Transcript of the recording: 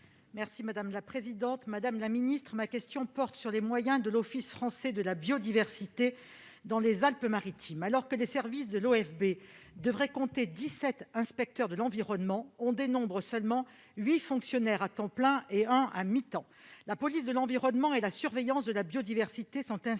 Madame la secrétaire d'État, ma question porte sur les moyens de l'Office français de la biodiversité (OFB) dans les Alpes-Maritimes. Alors que les services de l'OFB dans ce département devraient compter 17 inspecteurs de l'environnement, on y dénombre seulement 8 fonctionnaires à temps plein et 1 à mi-temps. La police de l'environnement et la surveillance de la biodiversité sont ainsi assurées